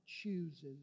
chooses